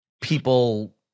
people